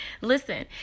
Listen